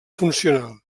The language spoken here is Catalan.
funcional